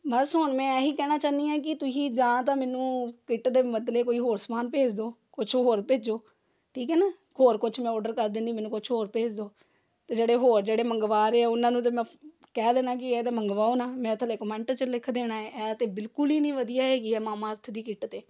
ਬਸ ਹੁਣ ਮੈਂ ਇਹੀ ਕਹਿਣਾ ਚਾਹੁੰਦੀ ਹਾਂ ਕਿ ਤੁਸੀਂ ਜਾਂ ਤਾਂ ਮੈਨੂੰ ਕਿੱਟ ਦੇ ਬਦਲੇ ਕੋਈ ਹੋਰ ਸਮਾਨ ਭੇਜ ਦਿਉ ਕੁਛ ਹੋਰ ਭੇਜੋ ਠੀਕ ਹੈ ਨਾ ਹੋਰ ਕੁਛ ਮੈਂ ਔਰਡਰ ਕਰ ਦਿੰਦੀ ਮੈਨੂੰ ਕੁਛ ਹੋਰ ਭੇਜ ਦਿਉ ਅਤੇ ਜਿਹੜੇ ਹੋਰ ਜਿਹੜੇ ਮੰਗਵਾ ਰਹੇ ਹਾਂ ਉਹਨਾਂ ਨੂੰ ਤਾਂ ਮੈਂ ਕਹਿ ਦੇਣਾ ਕਿ ਇਹ ਤਾਂ ਮੰਗਵਾਓ ਨਾ ਮੈਂ ਥੱਲੇ ਕਮੈਂਟ 'ਚ ਲਿਖ ਦੇਣਾ ਹੈ ਇਹ ਤਾਂ ਬਿਲਕੁਲ ਹੀ ਨਹੀਂ ਵਧੀਆ ਹੈਗੀ ਹੈ ਮਾਮਾਅਰਥ ਦੀ ਕਿੱਟ ਅਤੇ